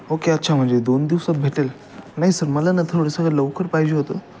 okay अच्छा म्हणजे दोन दिवसात भेटेल नाही सर मला ना थोडंसं लवकर पाहिजे होतं